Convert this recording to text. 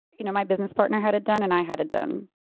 you know my business partner had it done, and i had it done.